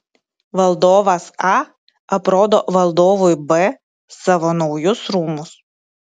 valdovas a aprodo valdovui b savo naujus rūmus